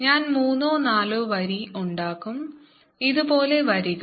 ഞാൻ മൂന്നോ നാലോ വരി ഉണ്ടാക്കും ഇതുപോലുള്ള വരികൾ